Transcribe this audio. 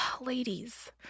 Ladies